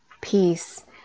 peace